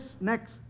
next